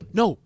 no